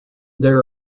there